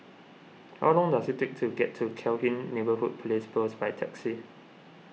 how long does it take to get to Cairnhill Neighbourhood Police Post by taxi